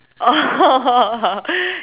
oh